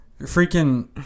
freaking –